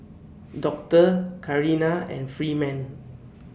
Doctor Carina and Freeman